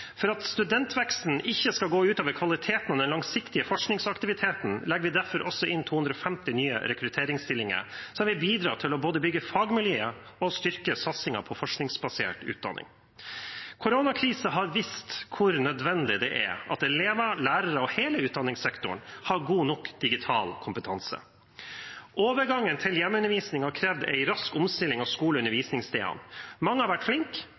For at studentveksten ikke skal gå ut over kvaliteten og den langsiktige forskningsaktiviteten, legger vi derfor også inn 250 nye rekrutteringsstillinger, som vil bidra til både å bygge fagmiljøer og styrke satsingen på forskningsbasert utdanning. Koronakrisen har vist hvor nødvendig det er at elever, lærere og hele utdanningssektoren har god nok digital kompetanse. Overgangen til hjemmeundervisning har krevd en rask omstilling av skolene og undervisningsstedene. Mange har vært flinke,